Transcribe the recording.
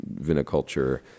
viniculture